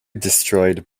destroyed